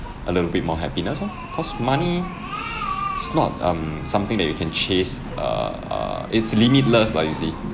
a little bit more happiness orh cause money is not um something that you can chase err uh it's limitless lah you see